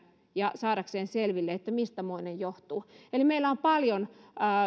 ja saadakseen selville mistä moinen johtuu eli meillä on paljon